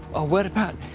ah went about,